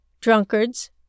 drunkards